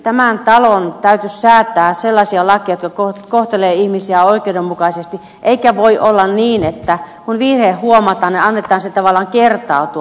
tämän talon täytyisi säätää sellaisia lakeja jotka kohtelevat ihmisiä oikeudenmukaisesti eikä voi olla niin että kun virhe huomataan niin annetaan sen tavallaan kertautua